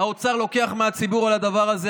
האוצר לוקח מהציבור על הדבר הזה.